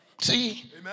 see